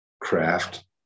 craft